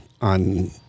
on